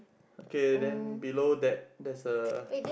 okay then below that there's a